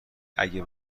اگه